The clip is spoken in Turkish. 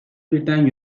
birden